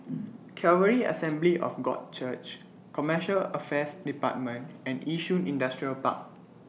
Calvary Assembly of God Church Commercial Affairs department and Yishun Industrial Park